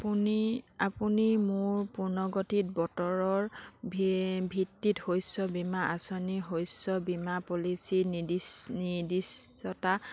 আপুনি আপুনি মোৰ পুনৰ্গঠিত বতৰৰ ভি ভিত্তিত শস্য বীমা আঁচনি শস্য বীমা পলিচীৰ নিদি নিৰ্দিষ্টতা